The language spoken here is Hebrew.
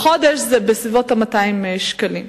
לחודש זה בסביבות 200 שקלים.